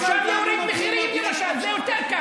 אפשר להוריד מחירים, למשל, זה קל יותר.